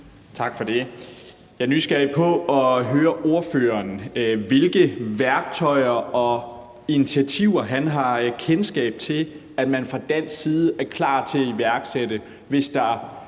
Tak for det. Jeg er nysgerrig på at høre ordføreren, hvilke værktøjer og initiativer han har kendskab til at man fra dansk side er klar til at iværksætte, hvis der